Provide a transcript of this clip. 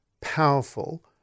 powerful